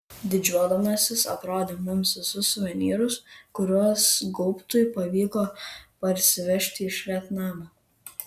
didžiuodamasis aprodė mums visus suvenyrus kuriuos gaubtui pavyko parsivežti iš vietnamo